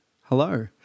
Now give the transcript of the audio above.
hello